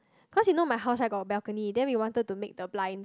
cause you know my house right got a balcony then we wanted to make the blinds